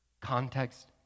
context